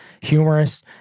humorous